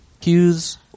Hughes